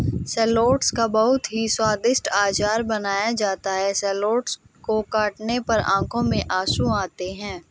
shallots का बहुत ही स्वादिष्ट अचार बनाया जाता है शैलोट्स को काटने पर आंखों में आंसू आते हैं